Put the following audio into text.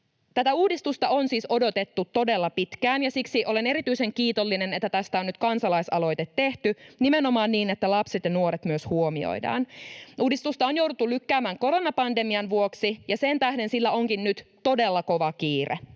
Tätä uudistusta on siis odotettu todella pitkään, ja siksi olen erityisen kiitollinen, että tästä on nyt kansalaisaloite tehty nimenomaan niin, että myös lapset ja nuoret huomioidaan. Uudistusta on jouduttu lykkäämään koronapandemian vuoksi, ja sen tähden sillä onkin nyt todella kova kiire.